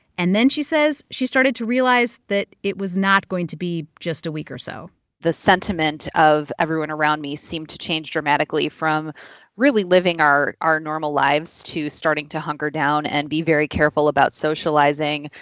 and then, she says, she started to realize that it was not going to be just a week or so the sentiment of everyone around me seemed to change dramatically from really living our our normal lives to starting to hunker down and be very careful about socializing,